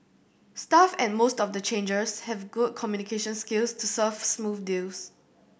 staff at most of the changers have good communication skills to serve smooth deals